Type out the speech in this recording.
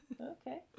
okay